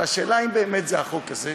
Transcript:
השאלה היא, האם באמת זה החוק הזה?